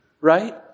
Right